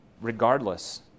regardless